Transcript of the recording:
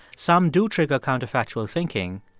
some do trigger counterfactual thinking.